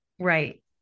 Right